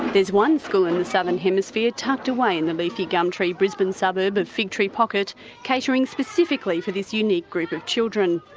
is one school in the southern hemisphere tucked away in the leafy gum tree brisbane suburb of fig tree pocket catering specifically for this unique group of children.